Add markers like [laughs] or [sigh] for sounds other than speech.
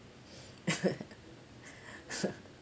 [laughs]